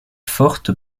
forte